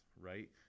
right